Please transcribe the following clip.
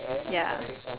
ya